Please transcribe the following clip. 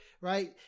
right